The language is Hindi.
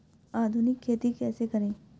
आधुनिक खेती कैसे करें?